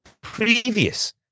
previous